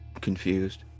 confused